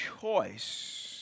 choice